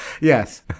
Yes